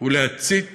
ולהצית